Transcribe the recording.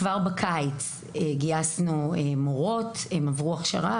כבר בקיץ גייסנו מורות, הן עברו הכשרה